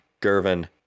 Gervin